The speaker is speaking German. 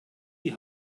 die